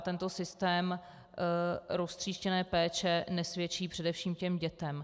Tento systém roztříštěné péče nesvědčí především dětem.